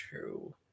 true